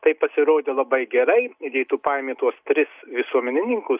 tai pasirodė labai gerai jei tu paimi tuos tris visuomenininkus